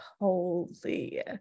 Holy